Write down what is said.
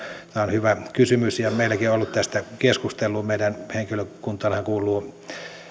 hyvä kysymys ja meilläkin on ollut tästä keskustelua meidän henkilökuntaammehan kuuluu